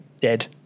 dead